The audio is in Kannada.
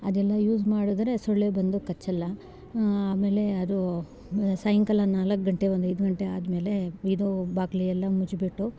ಅದೆಲ್ಲ ಯೂಸ್ ಮಾಡಿದ್ರೆ ಸೊಳ್ಳೆ ಬಂದು ಕಚ್ಚೋಲ್ಲ ಆಮೇಲೆ ಅದು ಸಾಯಂಕಾಲ ನಾಲ್ಕು ಗಂಟೆ ಒಂದು ಐದು ಗಂಟೆ ಆದಮೇಲೆ ಇದು ಬಾಗ್ಲು ಎಲ್ಲ ಮುಚ್ಚಿಬಿಟ್ಟು